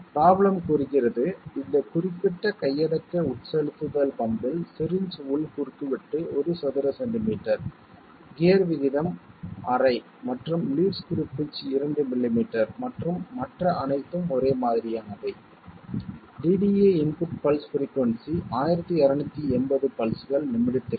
problem கூறுகிறது இந்த குறிப்பிட்ட கையடக்க உட்செலுத்துதல் பம்பில் சிரிஞ்ச் உள் குறுக்குவெட்டு 1 சதுர சென்டிமீட்டர் கியர் விகிதம் ½ மற்றும் லீட் ஸ்க்ரூ பிட்ச் 2 மில்லிமீட்டர் மற்றும் மற்ற அனைத்தும் ஒரே மாதிரியானவை DDA இன்புட் பல்ஸ் பிரிக்குயின்சி 1280 பல்ஸ்கள் நிமிடத்திற்கு